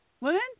Women